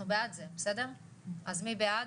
וסעיף 12. מי בעד?